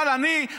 אבל אני,